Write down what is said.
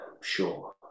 sure